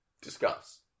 Discuss